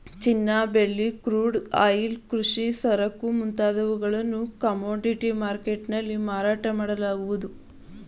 ಚಿನ್ನ, ಬೆಳ್ಳಿ, crude oil, ಕೃಷಿ ಸರಕು ಮುಂತಾದವುಗಳನ್ನು ಕಮೋಡಿಟಿ ಮರ್ಕೆಟ್ ನಲ್ಲಿ ಮಾರಾಟ ಮಾಡಲಾಗುವುದು